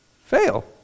fail